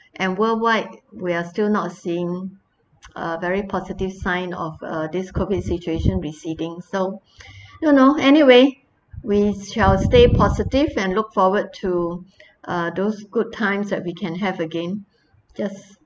and worldwide we're still not seeing a very positive sign of uh this COVID situation receding so you know anyway we shall stay positive and look forward to uh those good times that we can have again yes